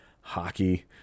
hockey